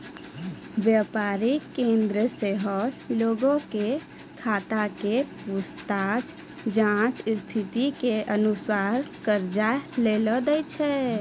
व्यापारिक केन्द्र सेहो लोगो के खाता के पूछताछ जांच स्थिति के अनुसार कर्जा लै दै छै